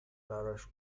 براش